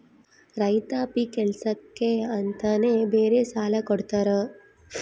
ರೈತಾಪಿ ಕೆಲ್ಸಕ್ಕೆ ಅಂತಾನೆ ಬೇರೆ ಸಾಲ ಕೊಡ್ತಾರ